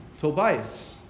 Tobias